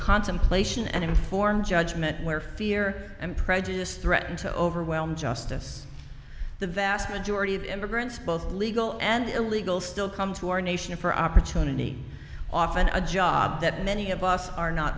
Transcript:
contemplation and informed judgment where fear and prejudice threaten to overwhelm justice the vast majority of immigrants both legal and illegal still come to our nation for opportunity often a job that many of us are not